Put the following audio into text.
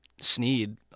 sneed